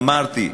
אמרתי,